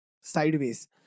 sideways